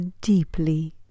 deeply